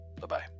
bye-bye